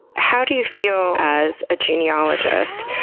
how do you feel, as a genealogist,